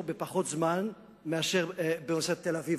בפחות זמן מאשר באוניברסיטת תל-אביב,